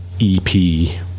ep